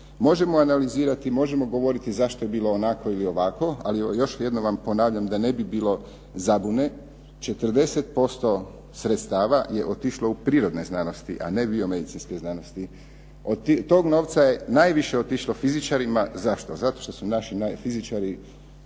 Možemo analizirati, možemo govoriti zašto je bilo onako ili ovako ali još jednom vam ponavljam da ne bi bilo zabune 40% sredstava je otišlo u prirodne znanosti, a ne biomedicinske znanosti. Od tog novca je najviše otišlo fizičarima. Zašto? Zato što su naši fizičari